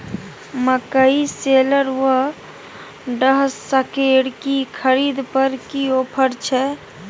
मकई शेलर व डहसकेर की खरीद पर की ऑफर छै?